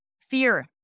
Fear